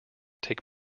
take